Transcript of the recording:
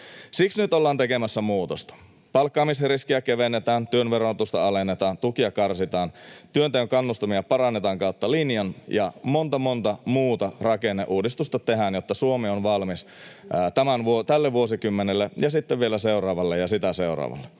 siksi nyt ollaan tekemässä muutosta. Palkkaamisriskiä kevennetään, työn verotusta alennetaan, tukia karsitaan, työnteon kannustimia parannetaan kautta linjan ja monta, monta muuta rakenneuudistusta tehdään, jotta Suomi on valmis tälle vuosikymmenelle ja sitten vielä seuraavalle ja sitä seuraavalle.